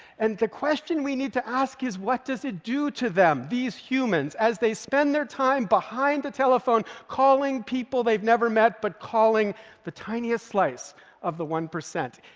and the question we need to ask is, what does it do to them, these humans, as they spend their time behind the telephone, calling people they've never met, but calling the tiniest slice of the one percent?